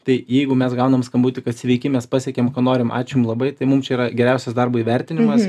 tai jeigu mes gaunam skambutį kad sveiki mes pasiekėm ko norim ačiū jum labai tai mum čia yra geriausias darbo įvertinimas